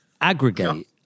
aggregate